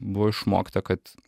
buvo išmokta kad